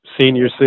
senior